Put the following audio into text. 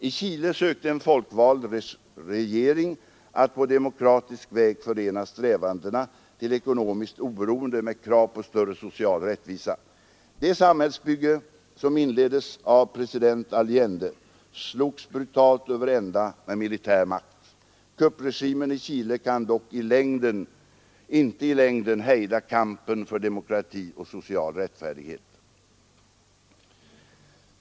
I Chile sökte en folkvald regering att på demokratisk väg förena strävandena till ekonomiskt oberoende med krav på större social rättvisa. Det samhällsbygge, som inleddes av president Allende, slogs brutalt över ända med militär makt. Kuppregimen i Chile kan dock inte i längden hejda kampen för demokrati och social rättfärdighet.